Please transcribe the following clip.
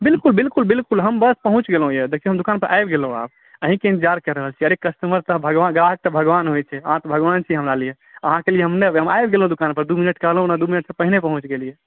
बिलकुल बिलकुल बिलकुल हम बस पहुँच गेलहुँ यए देखियौ हम दोकानपर आबि गेलहुँ आब अहीँके इन्तजार कए रहल छी अरे कस्टमर तऽ भगवान ग्राहक तऽ भगवान होइत छै अहाँ तऽ भगवान छी हमरा लिये अहाँके लिये हम नहि एबै हम आबि गेलहुँ दोकानपर दू मिनट कहलहुँ ने दू मिनटसँ पहिने पहुँचि गेलियै